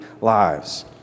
lives